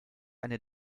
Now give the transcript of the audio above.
eine